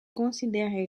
considéré